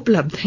उपलब्ध हैं